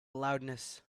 loudness